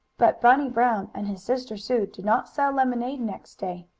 but bunny brown and his sister sue did not sell lemonade next day.